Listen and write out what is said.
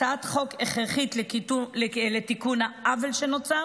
הצעת החוק הכרחית לתיקון העוול שנוצר